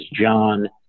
John